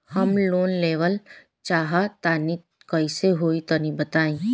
हम लोन लेवल चाह तनि कइसे होई तानि बताईं?